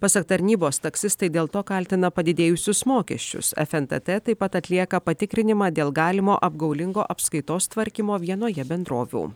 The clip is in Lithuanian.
pasak tarnybos taksistai dėl to kaltina padidėjusius mokesčius fntt taip pat atlieka patikrinimą dėl galimo apgaulingo apskaitos tvarkymo vienoje bendrovių